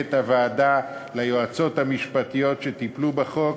למנהלת הוועדה, ליועצות המשפטיות שטיפלו בחוק,